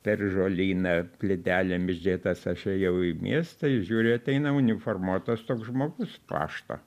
per žolyną plytelėm išdėtas aš ėjau į miestą ir žiūriu ateina uniformuotas toks žmogus pašto